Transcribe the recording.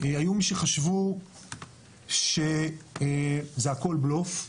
היו מי שחשבו שזה הכל בלוף,